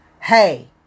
Hey